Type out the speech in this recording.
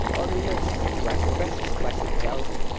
i mean that's just a classic, that's just classic housing.